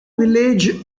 village